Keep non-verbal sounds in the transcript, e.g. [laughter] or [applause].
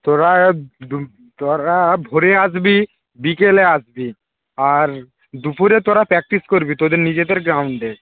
তোরা [unintelligible] তোরা ভোরে আসবি বিকেলে আসবি আর দুপুরে তোরা প্র্যাকটিস করবি তোদের নিজেদের গ্রাউন্ডে